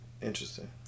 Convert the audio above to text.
Interesting